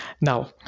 Now